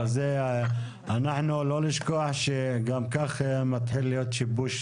לא נשכח שגם כך מתחיל להיות שיבוש,